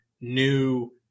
new